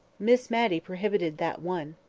miss matty prohibited that one.